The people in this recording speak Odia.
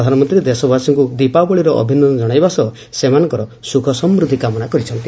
ପ୍ରଧାନମନ୍ତୀ ଦେଶବାସୀଙ୍କୁ ଦୀପାବଳିର ଅଭିନନ୍ଦନ ଜଶାଇବା ସହ ସେମାନଙ୍କର ସୁଖସମୁଦ୍ଧି କାମନା କରିଛନ୍ତି